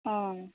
ও